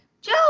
Joe